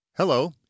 Hello